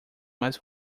mais